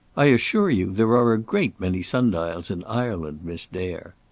i assure you there are a great many sun-dials in ireland, miss dare.